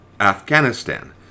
Afghanistan